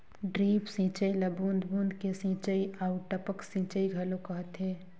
drip सिंचई ल बूंद बूंद के सिंचई आऊ टपक सिंचई घलो कहथे